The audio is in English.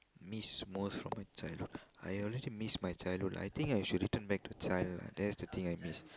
miss most from my childhood I already miss my childhood I think I should return back to a child that's the thing I miss